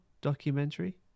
documentary